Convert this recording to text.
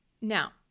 Now